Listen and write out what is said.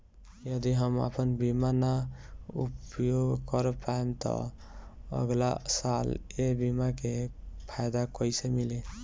यदि हम आपन बीमा ना उपयोग कर पाएम त अगलासाल ए बीमा के फाइदा कइसे मिली?